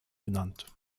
genannt